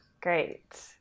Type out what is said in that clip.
Great